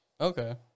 Okay